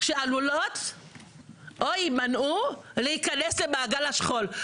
שעלולות או יימנעו מלהיכנס למעגל השכול,